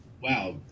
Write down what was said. wow